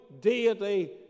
deity